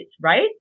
right